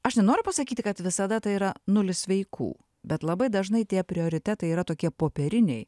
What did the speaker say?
aš nenoriu pasakyti kad visada tai yra nulis sveikų bet labai dažnai tie prioritetai yra tokie popieriniai